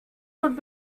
would